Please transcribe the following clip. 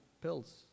pills